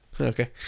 Okay